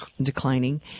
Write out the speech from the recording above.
declining